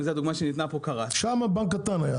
אם זו הדוגמה שניתנה פה --- שם זה היה בנק קטן,